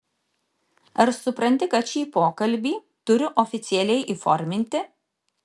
ar supranti kad šį pokalbį turiu oficialiai įforminti